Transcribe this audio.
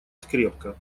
скрепка